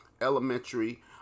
elementary